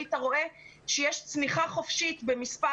היית רואה שיש צניחה חופשית במספר